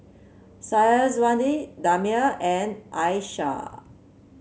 Syazwani Damia and Aisyah